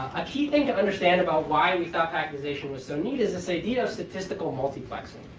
a key thing to understand about why we thought packtization was so neat is this idea of statistical multiplexing.